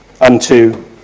unto